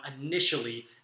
initially